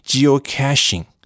Geocaching